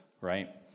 right